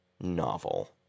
Novel